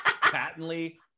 patently